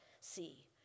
see